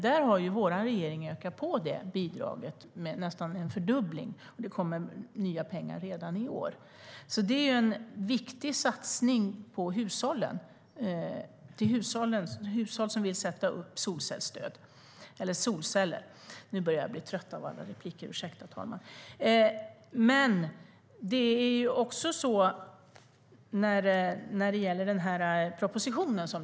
Det bidraget har vår regering ökat på med nästan en fördubbling. Det kommer nya pengar redan i år. Det är en viktig satsning på hushåll som vill sätta upp solceller. Den proposition som lades fram berörde inte hushållen.